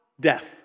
death